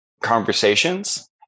conversations